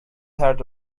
heard